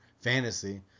fantasy